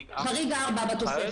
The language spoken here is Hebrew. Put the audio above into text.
חריג 4. חריג 4 בתוספת.